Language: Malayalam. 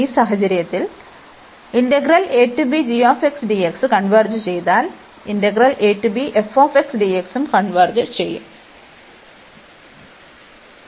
ഈ സാഹചര്യത്തിൽ ഈ കൺവെർജ് ചെയ്താൽ ഉം കൺവെർജ് ചെയ്യുo